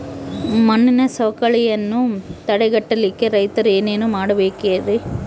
ಮಣ್ಣಿನ ಸವಕಳಿಯನ್ನ ತಡೆಗಟ್ಟಲಿಕ್ಕೆ ರೈತರು ಏನೇನು ಮಾಡಬೇಕರಿ?